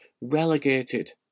relegated